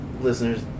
listeners